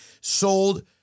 sold